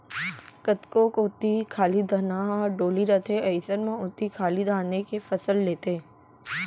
कतको कोती खाली धनहा डोली रथे अइसन म ओती खाली धाने के फसल लेथें